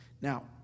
Now